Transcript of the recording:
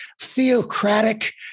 theocratic